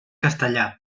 castellà